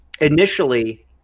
initially